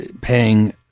paying